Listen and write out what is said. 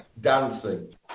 dancing